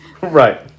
Right